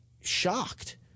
shocked